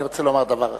אני רוצה לומר דבר אחד.